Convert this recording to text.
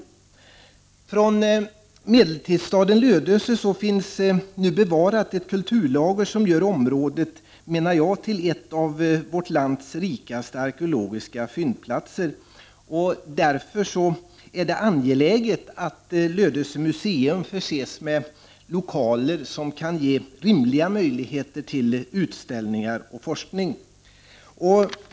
63 Från medeltidsstaden Lödöse finns nu bevarat ett kulturlager som, enligt min mening, gör området till en av vårt lands rikaste arkeologiska fyndplatser. Därför är det angeläget att Lödöse museum förses med lokaler som kan ge rimliga möjligheter till utställningar och forskning.